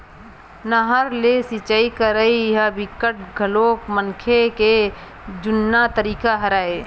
नहर ले सिचई करई ह बिकट घलोक मनखे के जुन्ना तरीका हरय